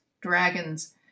dragons